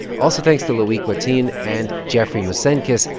also thanks to loic watine and jeffrey mosenkis,